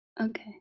Okay